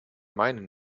meinen